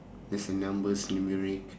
there's a numbers numeric